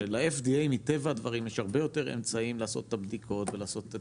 של-FDA מטבע הדברים יש הרבה יותר אמצעים לעשות את הבדיקות ולעשות את